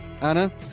Anna